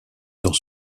dans